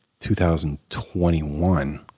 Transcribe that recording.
2021